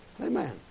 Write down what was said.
Amen